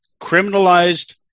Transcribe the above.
criminalized